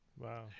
Wow